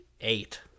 eight